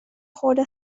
خورده